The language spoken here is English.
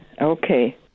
Okay